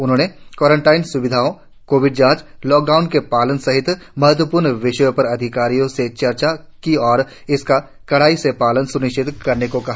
उन्होंने क्वारिटिन स्विधाओं कोविड जांच लॉकडाउन के पालन सहित महत्वपूर्ण विषयों पर अधिकारियों से चर्चा की और इसका कड़ाई से पालन स्निश्चित करने को कहा